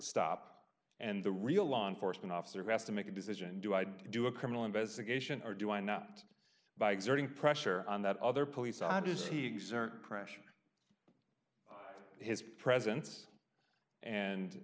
stop and the real law enforcement officer has to make a decision do i do a criminal investigation or do i not by exerting pressure on that other police odyssey exert pressure on his presence and